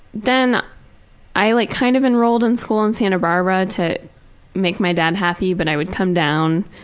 then i like kind of enrolled in school in santa barbara to make my dad happy, but i would come down,